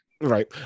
Right